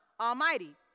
Almighty